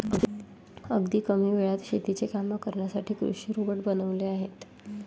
अगदी कमी वेळात शेतीची कामे करण्यासाठी कृषी रोबोट बनवले आहेत